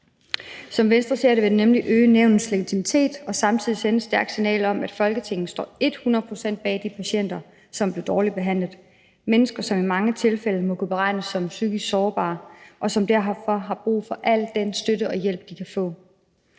Som Venstre ser det, vil det nemlig øge nævnets legitimitet og samtidig sende et stærkt signal om, at Folketinget står et hundrede procent bag de patienter, som bliver dårligt behandlet. Det er mennesker, som i mange tilfælde må betegnes som psykisk sårbare, og som derfor har brug for al den støtte og hjælp, de kan få.